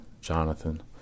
Jonathan